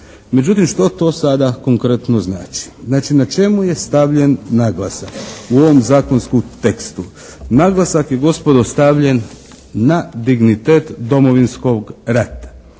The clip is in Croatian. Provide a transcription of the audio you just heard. Međutim što to sada konkretno znači? Znači na čemu je stavljen naglasak u ovom zakonskom tekstu? Naglasak je gospodo stavljen na dignitet Domovinskog rata.